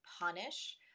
punish